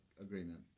agreement